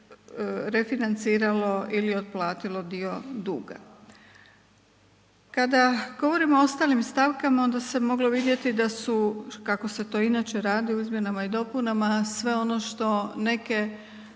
koje je refinanciralo ili otplatilo dio duga. Kada govorimo o ostalim stavkama onda se moglo vidjeti da su kako se to inače radi u izmjenama i dopunama sve ono što neka